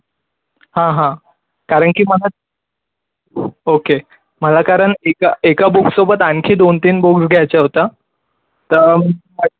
हा हा कारण की मला ओके मला कारण एका एका बुकसोबत आणखी दोन तीन बुक्स घ्यायच्या होता तर